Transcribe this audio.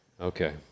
Okay